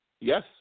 Yes